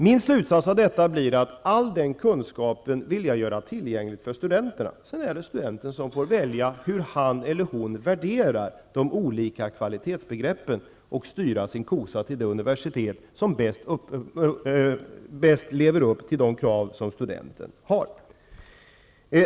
Min slutsats av detta blir att jag vill göra all den kunskapen tillgänglig för studenterna. Sedan är det studenten som får välja hur han eller hon värderar de olika kvalitetsbegreppen, och styra sin kosa till det universitet som bäst lever upp till de krav som studenten har.